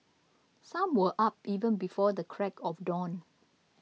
some were up even before the crack of dawn